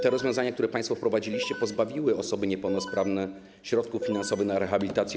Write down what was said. Te rozwiązania, które państwo wprowadziliście, pozbawiły osoby niepełnosprawne środków finansowych na rehabilitację.